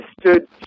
stood